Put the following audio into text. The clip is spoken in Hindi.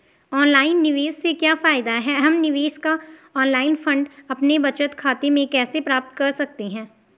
ऑनलाइन निवेश से क्या फायदा है हम निवेश का ऑनलाइन फंड अपने बचत खाते में कैसे प्राप्त कर सकते हैं?